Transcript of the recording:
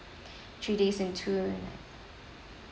three days and two